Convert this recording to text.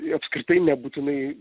i apskritai nebūtinai